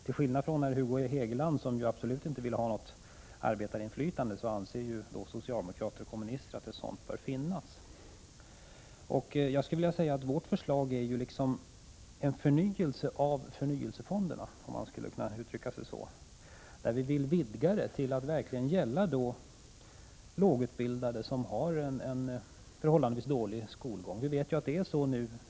Till skillnad från herr Hugo Hegeland, som ju absolut inte vill ha något arbetarinflytande, anser socialdemokrater och kommunister att ett sådant bör finnas. Man skulle kunna uttrycka det så, att vårt förslag innebär en förnyelse av förnyelsefonderna. Vi vill vidga det hela till att verkligen gälla lågutbildade, personer som har en förhållandevis dålig skolgång.